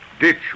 Ditch